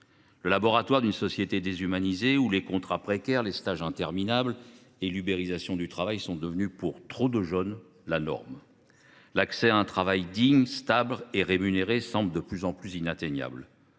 le laboratoire d’une société déshumanisée où les contrats précaires, les stages interminables et l’ubérisation du travail sont devenus, pour trop de jeunes, la norme. L’accès à un travail digne, stable et rémunéré semble de plus en plus inatteignable.